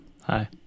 Hi